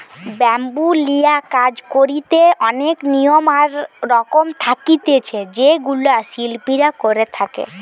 bamboo লিয়া কাজ করিতে অনেক নিয়ম আর রকম থাকতিছে যেগুলা শিল্পীরা করে থাকে